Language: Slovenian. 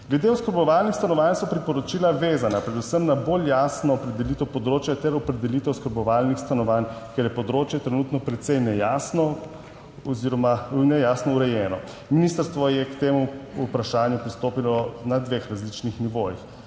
Glede oskrbovanih stanovanj so priporočila vezana predvsem na bolj jasno opredelitev področja ter opredelitev oskrbovalnih stanovanj, ker je področje trenutno precej nejasno urejeno. Ministrstvo je k temu vprašanju pristopilo na dveh različnih nivojih,